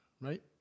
right